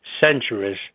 centuries